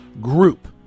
group